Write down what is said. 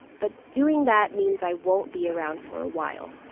but doing that means i won't be around for a while.